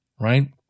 right